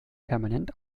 permanent